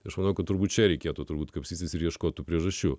ir manau kad turbūt reikėtų turbūt kapstytis ir ieškotų priežasčių